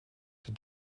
die